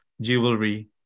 jewelry